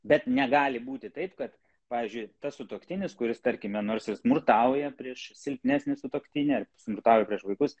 bet negali būti taip kad pavyzdžiui tas sutuoktinis kuris tarkime nors ir smurtauja prieš silpnesnį sutuoktinį ar smurtauja prieš vaikus